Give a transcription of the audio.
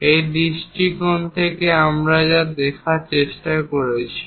এই দৃষ্টিকোণ থেকে আমরা তা দেখার চেষ্টা করছি